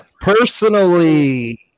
Personally